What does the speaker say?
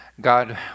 God